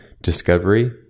discovery